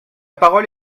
parole